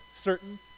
certain